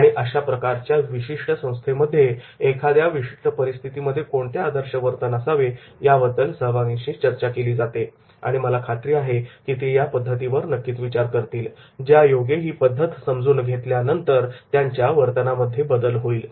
आणि अशा प्रकारच्या विशिष्ट संस्थेमध्येमध्ये एखाद्या विशिष्ट परिस्थितीमध्ये कोणते आदर्श वर्तन असावे याबद्दल सहभागींशी चर्चा केली जाते आणि मला खात्री आहे की ते या पद्धतीवर नक्कीच विचार करतील ज्यायोगे ही पद्धत समजून घेतल्यानंतर त्यांच्या वर्तनामध्ये बदल होईल